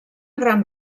gran